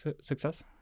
success